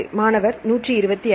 மாணவர் 125